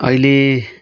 अहिले